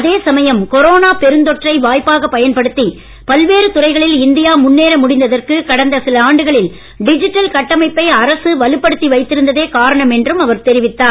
அதே சமயம் கொரோனா பெருந்தொற்றை வாய்ப்பாகப் பயன்படுத்தி பல்வேறு துறைகளில் இந்தியா முன்னேற முடிந்ததற்கு கடந்த சில ஆண்டுகளில் டிஜிட்டல் கட்டமைப்பை அரசு வலுப்படுத்தி வைத்திருந்ததே காரணம் என்றும் அவர் தெரிவித்தார்